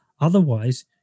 Otherwise